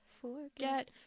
forget